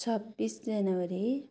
छब्बिस जेनवरी